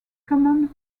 common